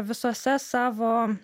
visuose savo